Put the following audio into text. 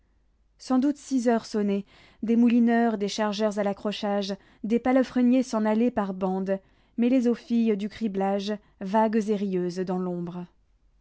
sans doute six heures sonnaient des moulineurs des chargeurs à l'accrochage des palefreniers s'en allaient par bandes mêlés aux filles du criblage vagues et rieuses dans l'ombre